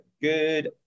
good